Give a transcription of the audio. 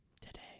Today